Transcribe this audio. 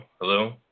hello